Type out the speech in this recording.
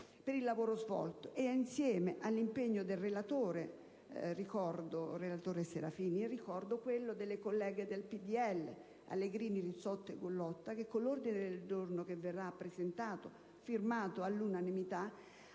per il lavoro svolto. Assieme all'impegno della relatrice Serafini, desidero ricordare quello profuso dalle colleghe del PdL, Allegrini, Rizzotti e Gallone, che, con l'ordine del giorno che verrà presentato e firmato all'unanimità,